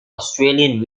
australian